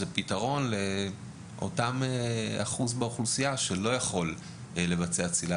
הפתרון לאותו אחוז באוכלוסייה שלא יכול לבצע צלילה